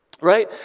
right